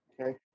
Okay